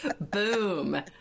Boom